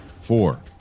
four